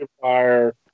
fire